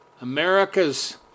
America's